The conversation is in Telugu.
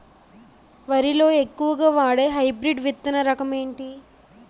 వరి లో ఎక్కువుగా వాడే హైబ్రిడ్ విత్తన రకం ఏంటి?